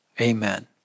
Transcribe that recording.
amen